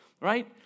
right